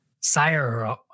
Sire